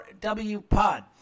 RWPOD